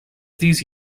these